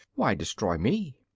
why destroy me?